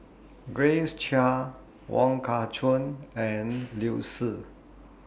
Grace Chia Wong Kah Chun and Liu Si